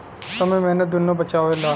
समय मेहनत दुन्नो बचावेला